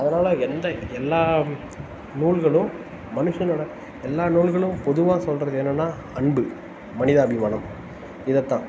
அதனால் எந்த எல்லாம் நூல்களும் மனுஷனோட எல்லாம் நூல்களும் பொதுவாக சொல்லுறது என்னெனா அன்பு மனிதாபிமானம் இதைதான்